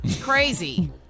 crazy